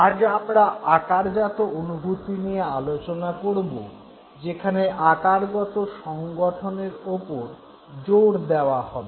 আজ আমরা আকারজাত অনুভূতি নিয়ে আলোচনা করব যেখানে আকারগত সংগঠনের ওপর জোর দেওয়া হবে